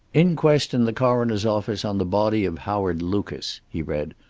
inquest in the coroner's office on the body of howard lucas he read.